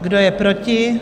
Kdo je proti?